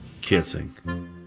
Kissing